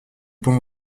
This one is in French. pont